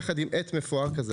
יחד עם עט מפואר כזה,